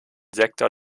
sektor